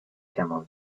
camel